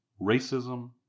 racism